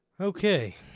Okay